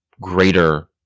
greater